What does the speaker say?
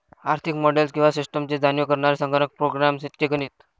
आर्थिक मॉडेल्स किंवा सिस्टम्सची जाणीव करणारे संगणक प्रोग्राम्स चे गणित